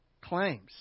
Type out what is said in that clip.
Claims